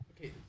Okay